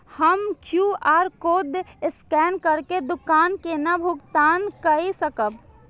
हम QR code scan करके दुकान केना भुगतान काय सकब?